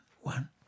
one